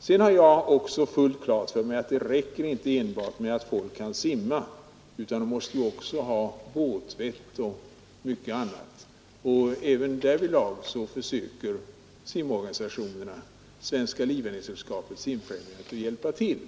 Sedan har jag fullt klart för mig att det inte räcker enbart med att folk kan simma, utan de måste också ha båtvett och mycket annat. Även därvidlag försöker simorganisationerna — Svenska livräddningssällskapet och Simfrämjandet — att i sin propaganda hjälpa till.